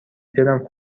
دلم